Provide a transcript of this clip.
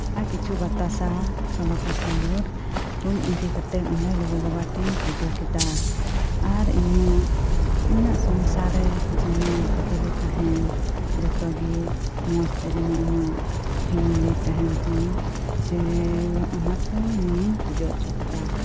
ᱟᱨ ᱠᱤᱪᱷᱩ ᱵᱟᱛᱟᱥᱟ ᱥᱚᱞᱚᱠᱟ ᱥᱤᱸᱫᱩᱨ ᱠᱩᱧ ᱤᱫᱤᱠᱟᱛᱮᱜ ᱚᱸᱰᱮ ᱞᱩᱜᱩ ᱵᱟᱵᱟ ᱴᱷᱮᱱ ᱤᱧ ᱯᱩᱡᱟᱹ ᱠᱮᱫᱟ ᱟᱨ ᱤᱧᱟᱹᱜ ᱤᱧᱟᱹᱜ ᱥᱚᱝᱥᱟᱨ ᱨᱮ ᱡᱮᱱᱚ ᱵᱷᱟᱜᱮ ᱞᱮ ᱛᱟᱦᱮᱱ ᱡᱚᱛᱚᱜᱤᱢᱚᱥᱛᱮ ᱡᱮᱱᱚ ᱯᱷᱮᱢᱮᱞᱤ ᱛᱟᱦᱮᱱ ᱛᱤᱧ ᱡᱮ ᱚᱱᱟᱠᱩ ᱨᱮᱭᱟᱜ ᱜᱤᱧ ᱯᱩᱡᱟᱹ ᱩᱪᱩᱠᱮᱫᱟ